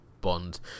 bond